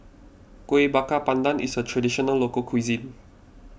Kuih Bakar Pandan is a Traditional Local Cuisine